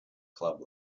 club